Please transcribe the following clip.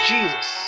Jesus